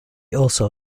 also